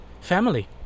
Family